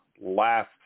last